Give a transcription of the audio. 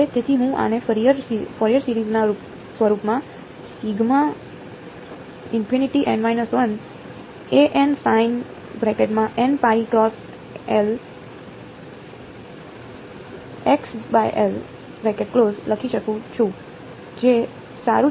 તેથી હું આને ફોરિયર સિરીજ ના સ્વરૂપમાં લખી શકું છું જે સારું છે